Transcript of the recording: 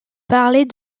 parler